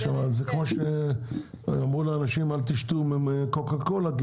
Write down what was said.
זה כמו שאמרו לאנשים אל תשתו קוקה קולה,